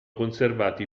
conservati